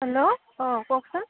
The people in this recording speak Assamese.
হেল্ল' অঁ কওকছোন